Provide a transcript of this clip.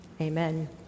Amen